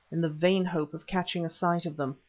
in the vain hope of catching a sight of them.